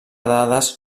dades